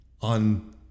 on